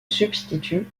substitue